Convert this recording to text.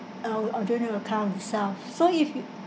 uh ordinary account itself so if you